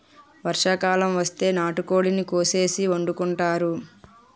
వర్షాకాలం వస్తే నాటుకోడిని కోసేసి వండుకుంతారు